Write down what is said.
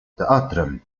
teatrem